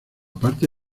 parte